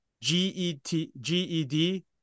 g-e-t-g-e-d